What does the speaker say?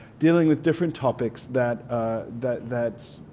dealing with different topics that that that